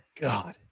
god